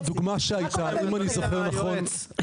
בבקשה אדוני היועץ,